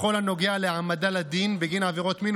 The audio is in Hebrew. בכל הנוגע להעמדה לדין בגין עבירות מין,